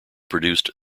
produced